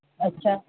અચ્છા